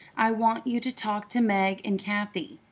i want you to talk to meg and kathie.